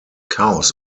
cows